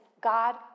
God